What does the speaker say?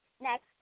Next